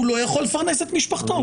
הוא לא יכול לפרנס את משפחתו.